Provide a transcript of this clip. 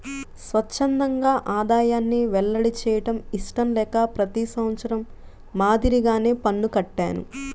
స్వఛ్చందంగా ఆదాయాన్ని వెల్లడి చేయడం ఇష్టం లేక ప్రతి సంవత్సరం మాదిరిగానే పన్ను కట్టాను